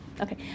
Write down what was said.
Okay